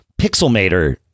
Pixelmator